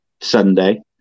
Sunday